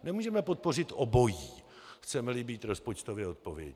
Nemůžeme podpořit obojí, chcemeli být rozpočtově odpovědní.